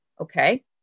Okay